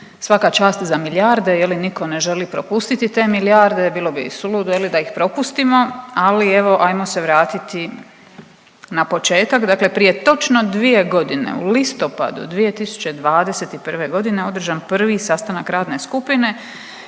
svaka čast za milijarde, je li nitko ne želi propustiti te milijarde. Bilo bi suludo, je li da ih propustimo ali evo hajmo se vratiti na početak. Dakle, prije točno dvije godine u listopadu 2021. godine održan je prvi sastanak radne skupine